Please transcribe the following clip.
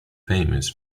famous